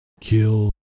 kill